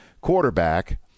quarterback